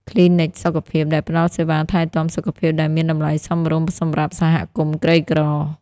គ្លីនិកសុខភាពដែលផ្តល់សេវាថែទាំសុខភាពដែលមានតម្លៃសមរម្យសម្រាប់សហគមន៍ក្រីក្រ។